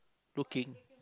looking